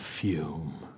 fume